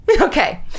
Okay